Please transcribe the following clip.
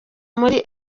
muri